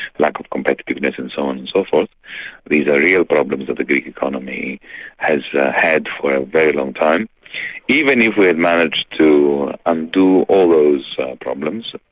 lack of competitiveness and so on and so forth these are real problems that the greek economy has had for a very long time even if we'd managed to undo all those problems,